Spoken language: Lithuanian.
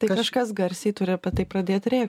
tai kažkas garsiai turi apie tai pradėt drėbt